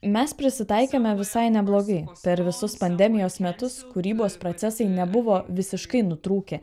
mes prisitaikėme visai neblogai per visus pandemijos metus kūrybos procesai nebuvo visiškai nutrūkę